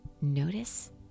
notice